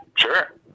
Sure